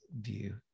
view